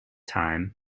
time